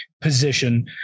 position